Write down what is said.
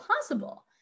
possible